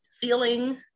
feeling